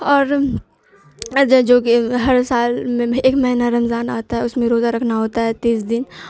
اور جو کہ ہر سال ایک مہینہ رمضان آتا ہے اس میں روزہ رکھنا ہوتا ہے تیس دن